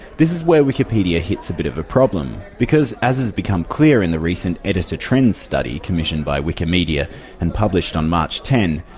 this is where wikipedia hits a bit of problem, because, as has become clear in the recent editor trends study commissioned by wikimedia and published on march ten,